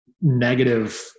negative